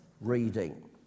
reading